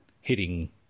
hitting